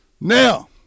Now